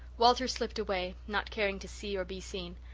walter slipped away, not caring to see or be seen,